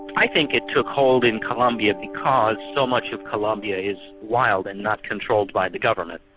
i think it took hold in colombia because so much of colombia is wild and not controlled by the government.